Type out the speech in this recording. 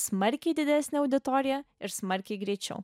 smarkiai didesnė auditorija ir smarkiai greičiau